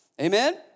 Amen